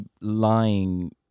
lying